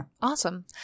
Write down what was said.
Awesome